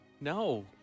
No